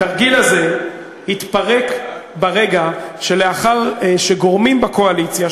התרגיל הזה התפרק ברגע שלאחר שגורמים בקואליציה,